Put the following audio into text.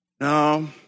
No